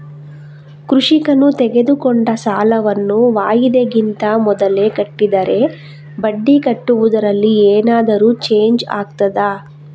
ಕೃಷಿಕನು ತೆಗೆದುಕೊಂಡ ಸಾಲವನ್ನು ವಾಯಿದೆಗಿಂತ ಮೊದಲೇ ಕಟ್ಟಿದರೆ ಬಡ್ಡಿ ಕಟ್ಟುವುದರಲ್ಲಿ ಏನಾದರೂ ಚೇಂಜ್ ಆಗ್ತದಾ?